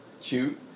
cute